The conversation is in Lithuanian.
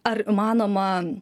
ar įmanoma